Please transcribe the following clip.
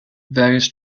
various